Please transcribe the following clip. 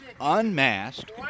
unmasked